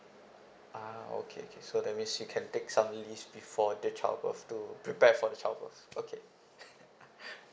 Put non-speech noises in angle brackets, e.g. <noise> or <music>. ah okay okay so that means you can take some leave before the childbirth to prepare for the childbirth okay <laughs>